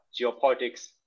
geopolitics